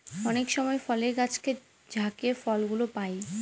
অনেক সময় ফলের গাছকে ঝাকিয়ে ফল গুলো পাই